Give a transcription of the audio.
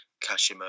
Kashima